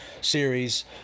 series